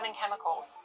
chemicals